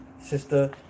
sister